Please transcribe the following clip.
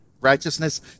righteousness